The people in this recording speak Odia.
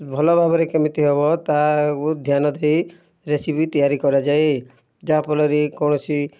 ଭଲ ଭାବରେ କେମିତି ହେବ ତାହାକୁ ଧ୍ୟାନ ଦେଇ ରେସିପି ତିଆରି କରାଯାଏ ଯାହା ଫଲରେ କୌଣସି